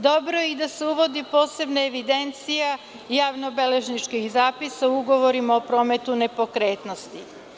Dobro je da se uvodi posebna evidencija javno-beležničkih zapisa u ugovorima o prometu nepokretnosti.